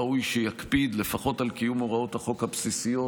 ראוי שיקפיד לפחות על קיום הוראות החוק הבסיסיות,